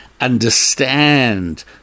understand